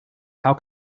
how